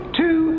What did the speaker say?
two